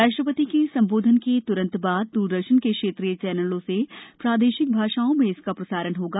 राष्ट्रपति के संबोधन के त्रंत बाद द्रदर्शन के क्षेत्रीय चैनलों से प्रादेशिक भाषाओं में इसका प्रसारण होगा